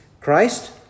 Christ